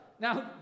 Now